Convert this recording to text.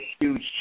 huge